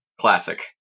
Classic